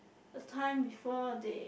the time before they